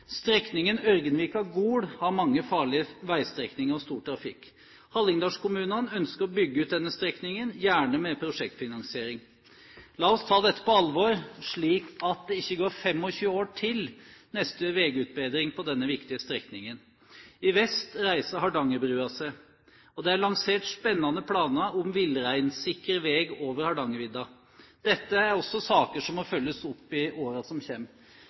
Strekningen Ørgenvika–Gol har mange farlige veistrekninger og stor trafikk. Hallingdalskommunene ønsker å bygge ut denne strekningen, gjerne med prosjektfinansiering. La oss ta dette på alvor, slik at det ikke går 25 år til neste veiutbedring på denne viktige strekningen. I vest reiser Hardangerbrua seg. Det er lansert spennende planer om villreinsikker vei over Hardangervidda. Dette er også saker som må følges opp i årene som